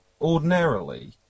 Ordinarily